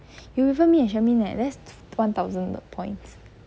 you refer me and shermaine leh that's one thousand points